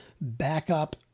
backup